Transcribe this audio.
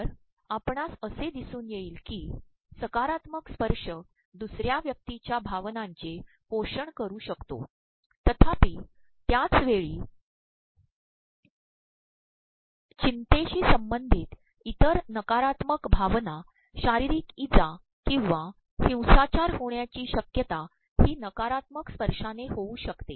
तर आपणास असे द्रदसून येईल की सकारात्मक स्त्पशय दसु र्या व्यक्तीच्या भावनांचे पोषण करू शकतो तर्ाप्रप त्याच वेळी चच ंतेशी संबंचधत इतर नकारात्मक भावना शारीररक इजा ककंवा द्रहंसाचार होण्याची शक्यता ही नकारात्मक स्त्पशाांने होऊ शकते